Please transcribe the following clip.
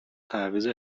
تعویض